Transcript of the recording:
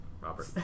Robert